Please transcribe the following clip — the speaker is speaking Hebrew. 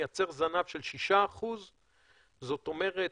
מייצר זנב של 6%. זאת אומרת,